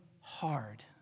hard